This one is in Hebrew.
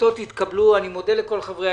הצבעה אושר ההחלטות נתקבלו, אני מודה לכל חברי